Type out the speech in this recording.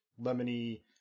lemony